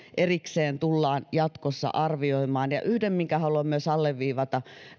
tullaan jatkossa arvioimaan erikseen yhden haluan myös alleviivata